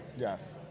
Yes